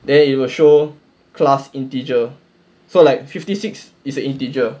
then it will show class integer so like fifty six is a integer